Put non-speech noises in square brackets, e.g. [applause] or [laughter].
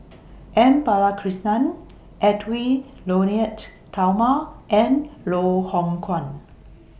[noise] M Balakrishnan Edwy Lyonet Talma and Loh Hoong Kwan